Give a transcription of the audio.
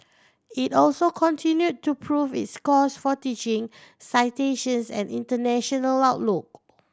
it also continue to prove its scores for teaching citations and international outlook